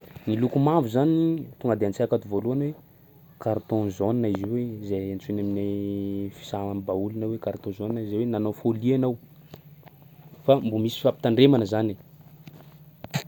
Ny loko mavo zany tonga de an-tsaiko ato voalohany hoe carton jaune izy io hoe zay antsoina amin'ny fisa am'baolina hoe carton jaune izay hoe nanao folie anao. Fa mbo misy fampitandremana zany e.